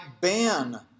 ban